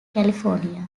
california